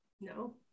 no